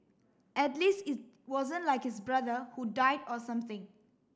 at least it wasn't like his brother who died or something